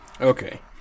Okay